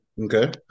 Okay